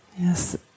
Yes